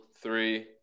Three